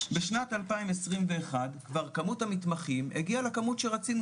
בשנת 2021 כבר כמות המתמחים הגיעה לכמות שרצינו